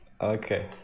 Okay